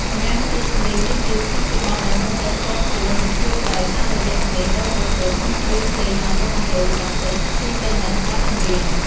ម្យ៉ាងទៀតចម្រៀងយឺតៗគឺជាបទដែលមើលទៅផ្ទាល់ខ្លួន និងជ្រាវជ្រៅ តាមរយៈសំឡេងដ៏ស្រទន់ ឬភ្លេងលន្លង់លន្លោចបន្តិចសុីទៅនឹងបទចម្រៀង។